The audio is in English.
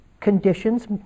conditions